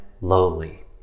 lowly